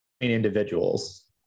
individuals